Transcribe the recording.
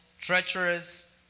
treacherous